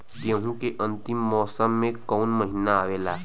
गेहूँ के अंतिम मौसम में कऊन महिना आवेला?